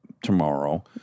tomorrow